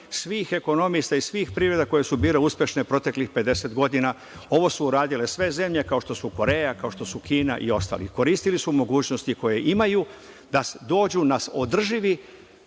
svih ekonomista i svih privreda koje su bile uspešne proteklih 50 godina, ovo su uradile sve zemlje, kao što su Koreja, kao što su Kina i ostali. Koristili su mogućnosti koje imaju da dođu na održivi